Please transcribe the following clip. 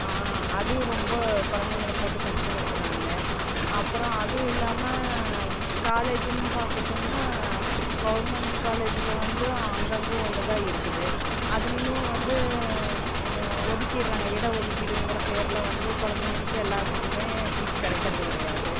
அதுவும் ரொம்ப கொழந்தைங்கள போட்டு கஷ்டப்படுத்துறாங்க அப்புறம் அதுவும் இல்லாமல் காலேஜுன்னு பார்த்துட்டோம்னா கவர்மெண்ட்டு காலேஜில் வந்து அங்கங்கே ஒன்று தான் இருக்குது அதிலையும் வந்து ஒதிக்கிட்டுறாங்க இட ஒதுக்கீடுங்கிற பேரில் வந்து கொழந்தைங்களுக்கு எல்லாத்துக்குமே சீட் கிடைக்கிறது கிடையாது